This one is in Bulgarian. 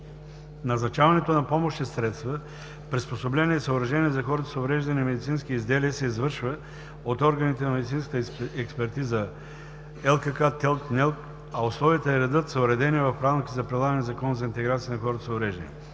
Назначаването на помощни средства, приспособления и съоръжения за хората с увреждания и медицински изделия се извършва от органите на медицинската експертиза – ЛКК, ТЕЛК/НЕЛК, а условията и редът са уредени в Правилника за прилагане на Закона за интеграция на хората с увреждания.